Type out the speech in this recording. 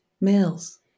males